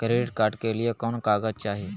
Credit card के लिए कौन कागज चाही?